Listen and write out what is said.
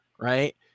right